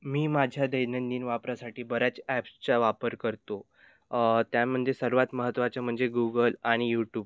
मी माझ्या दैनंदिन वापरासाठी बऱ्याच ॲप्सचा वापर करतो त्यामध्ये सर्वात महत्त्वाचं म्हणजे गुगल आणि यूट्यूब